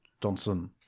Johnson